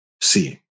seeing